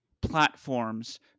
platforms